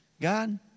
God